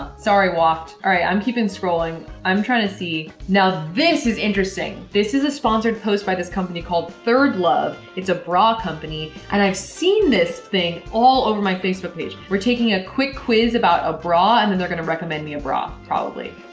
sorry waft. alright i'm keeping scrolling i'm tryna see now this is interesting! this is a sponsored post by this company called thirdlove it's a bra company and i've seen this thing all over my facebook page. we're gonna take a quick quiz about a bra and then they're gonna recommend me a bra. probably.